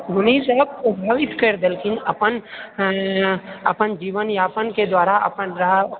मुनिसभ भविष्य कऽ करि देलखिन अपन अपन जीवनयापनके द्वारा अपन रहऽ